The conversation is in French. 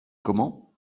comment